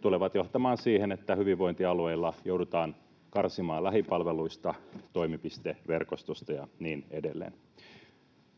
tulevat johtamaan siihen, että hyvinvointialueilla joudutaan karsimaan lähipalveluista, toimipisteverkostosta ja niin edelleen.